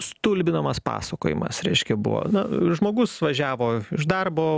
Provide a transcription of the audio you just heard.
stulbinamas pasakojimas reiškia buvo na žmogus važiavo iš darbo